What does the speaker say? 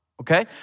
Okay